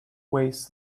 weighs